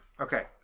Okay